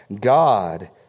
God